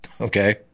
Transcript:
okay